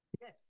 Yes